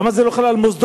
למה זה לא חל על מוסדות,